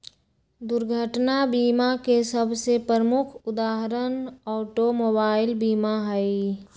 दुर्घटना बीमा के सबसे प्रमुख उदाहरण ऑटोमोबाइल बीमा हइ